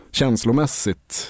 känslomässigt